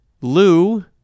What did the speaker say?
Lou